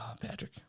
Patrick